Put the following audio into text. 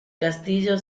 castillo